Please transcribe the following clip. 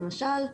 למשל,